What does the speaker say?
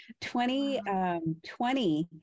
2020